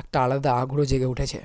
একটা আলাদা আগ্রহ জেগে উঠেছে